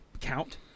count